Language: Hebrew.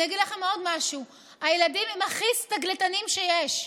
אני אגיד לכם עוד משהו: הילדים הם הכי סתגלנים שיש.